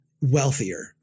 wealthier